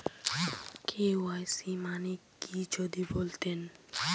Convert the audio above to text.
KYC মানে কি যদি বলতেন?